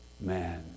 man